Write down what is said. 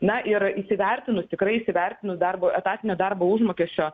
na ir įsivertinus tikrai įsivertinus darbo etatinio darbo užmokesčio